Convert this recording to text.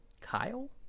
Kyle